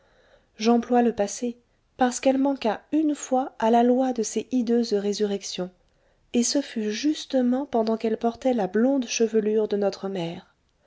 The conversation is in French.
j'emploie le passé parce qu'elle manqua une fois à la loi de ses hideuses résurrections et ce fut justement pendant qu'elle portait la blonde chevelure de notre mère